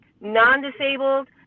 non-disabled